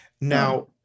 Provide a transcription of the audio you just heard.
Now